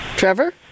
Trevor